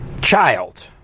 child